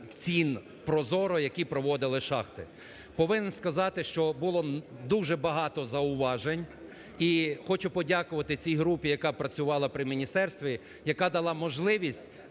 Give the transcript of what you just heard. цін ProZorro, які проводили шахти. Повинен сказати, що було дуже багато зауважень. І хочу подякувати цій групі, яка працювала при міністерстві, яка дала можливість